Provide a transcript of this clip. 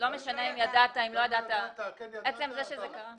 לא משנה אם ידעת או לא ידעת אלא עצם זה שזה קרה.